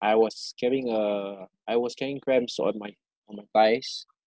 I was having uh I was having cramps on my on my thighs